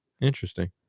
interesting